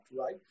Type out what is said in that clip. right